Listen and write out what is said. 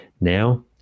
now